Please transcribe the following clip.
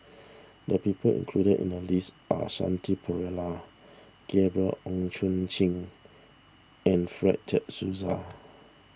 the people included in the list are Shanti Pereira Gabriel Oon Chong Jin and Fred De Souza